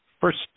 First